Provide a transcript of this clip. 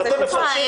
אתם מפרשים --- עפרה,